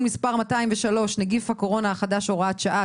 מס' 230) (נגיף הקורונה החדש הוראת שעה),